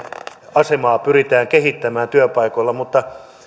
asemaa pyritään kehittämään työpaikoilla mutta